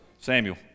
Samuel